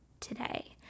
today